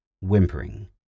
whimpering